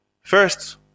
First